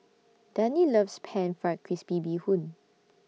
Dannie loves Pan Fried Crispy Bee Hoon